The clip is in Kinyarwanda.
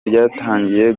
ryatangiye